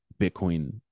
Bitcoin